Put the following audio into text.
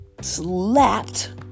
slapped